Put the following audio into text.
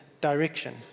direction